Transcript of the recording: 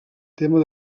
tema